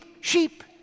sheep